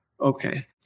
Okay